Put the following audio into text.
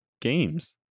games